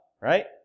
right